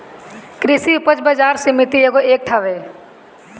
कृषि उपज बाजार समिति एगो एक्ट हवे